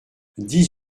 dix